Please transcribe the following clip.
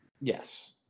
Yes